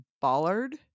bollard